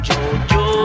JoJo